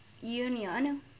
union